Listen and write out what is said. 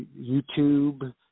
YouTube